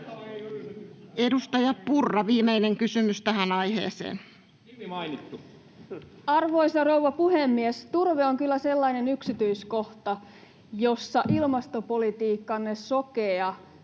Edustaja Purra, viimeinen kysymys tähän aiheeseen. Arvoisa rouva puhemies! Turve on kyllä sellainen yksityiskohta, jossa ilmastopolitiikkanne sokea